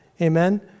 Amen